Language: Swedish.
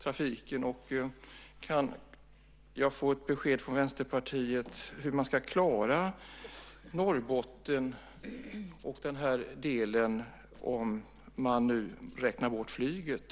Kan jag få ett besked från Vänsterpartiet om hur man ska klara Norrbotten och den delen av landet om man räknar bort flyget?